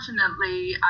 unfortunately